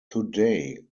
today